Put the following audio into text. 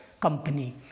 company